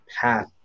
path